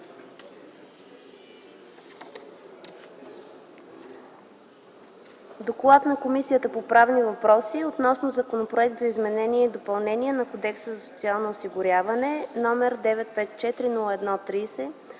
„ДОКЛАД на Комисията по правни въпроси относно Законопроект за изменение и допълнение на Кодекса за социално осигуряване, № 954-01-30,